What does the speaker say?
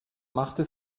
machte